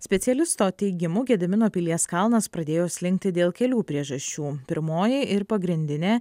specialisto teigimu gedimino pilies kalnas pradėjo slinkti dėl kelių priežasčių pirmoji ir pagrindinė